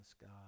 God